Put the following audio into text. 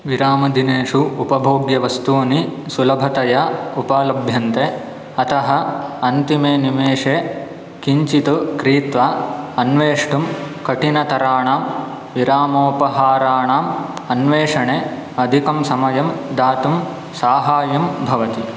विरामदिनेषु उपभोग्यवस्तूनि सुलभतया उपलभ्यन्ते अतः अन्तिमे निमेषे किञ्चित् क्रीत्वा अन्वेष्टुं कठिनतराणां विरामोपाहाराणाम् अन्वेषणे अधिकं समयं दातुं साहाय्यं भवति